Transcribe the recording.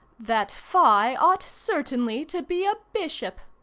that phi ought certainly to be a bishop!